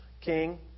king